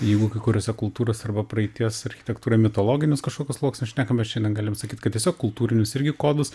jeigu kai kuriose kultūrose arba praeities architektūroj mitologinius kažkokius sluoksnius šnekam mes šiandien galim sakyt kad tiesiog kultūrinius irgi kodus